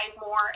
more